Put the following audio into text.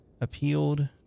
appealed